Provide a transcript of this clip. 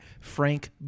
Frank